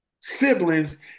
Siblings